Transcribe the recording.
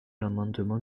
l’amendement